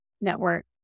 network